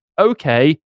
Okay